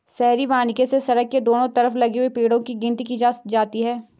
शहरी वानिकी से सड़क के दोनों तरफ लगे हुए पेड़ो की गिनती की जाती है